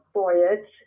voyage